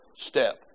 step